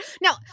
Now